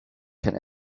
can